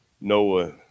Noah